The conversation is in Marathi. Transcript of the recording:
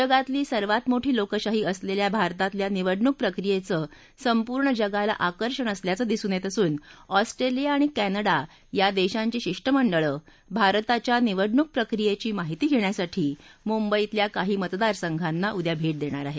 जगातली सर्वात मोठी लोकशाही असलेल्या भारतातल्या निवडणूक प्रक्रियेचं संपूर्ण जगाला आकर्षण असल्याचं दिसून येत असून ऑस्ट्रेलिया आणि क्रिंडा या देशांची शिष्टमंडळं भारताच्या निवडणूक प्रक्रियेची माहिती घेण्यासाठी मुंबईतल्या काही मतदान केंद्रांना उद्या भेट देणार आहेत